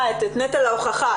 נטל ההוכחה,